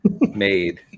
made